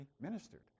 ministered